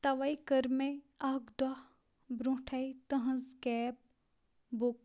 تَوَے کٔر مےٚ اکھ دۄہ برونٛٹھٕے تہٕنٛز کیب بُک